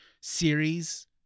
series